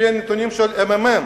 לפי הנתונים של הממ"מ.